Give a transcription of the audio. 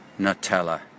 Nutella